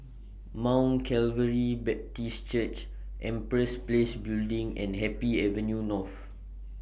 Mount Calvary Baptist Church Empress Place Building and Happy Avenue North